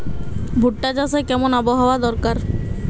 ভুট্টা চাষে কেমন আবহাওয়া দরকার?